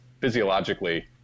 physiologically